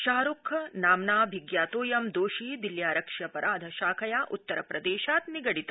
शाहरूख नाम्नाभिज्ञातोयं दोषी दिल्यारक्षि अपराधा शाखया उत्तरप्रदेशात् निगडित